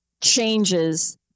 changes